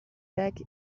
back